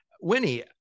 Winnie